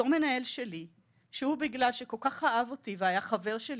בתור מנהל שלי שהוא בגלל שכל כך אהב אותי והיה חבר שלי,